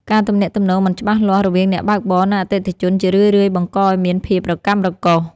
ការទំនាក់ទំនងមិនច្បាស់លាស់រវាងអ្នកបើកបរ និងអតិថិជន ជារឿយៗបង្កឱ្យមានភាពរកាំរកូស។